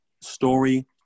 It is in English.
story